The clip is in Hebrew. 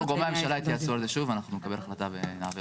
גורמי הממשלה יתייעצו על זה שוב ואנחנו נקבל החלטה ונעביר.